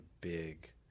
big